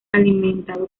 alimentado